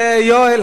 יואל,